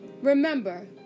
remember